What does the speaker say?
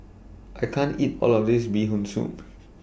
I can't eat All of This Bee Hoon Soup